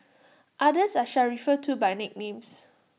others I shall refer to by nicknames